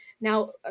now